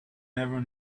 never